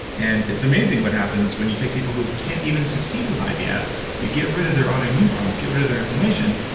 and it's amazing what happens when you take people who can't even succeed with ivf, yeah you get rid of their autoimmune problems, get rid of their inflammation,